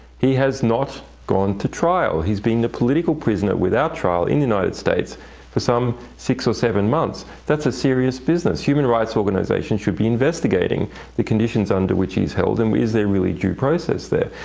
he has not gone to trial. he's been a political prisoner without trial in the united states for some six or seven months. that's a serious business. human rights organizations should be investigating the conditions under which he is held and is there really due process there?